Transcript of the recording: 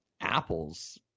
Apple's